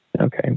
Okay